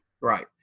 Right